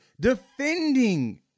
defending